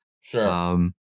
Sure